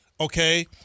okay